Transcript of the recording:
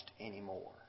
anymore